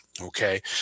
okay